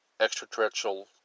extraterrestrial